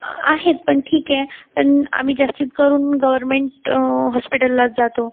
आहेत पण ठीक आहे पण आम्ही जास्ती करून गवरमेंट हॉस्पिटललाच जातो